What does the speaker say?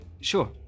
Sure